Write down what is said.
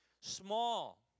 small